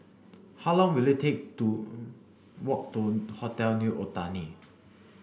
how long will it take to walk to Hotel New Otani